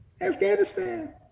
Afghanistan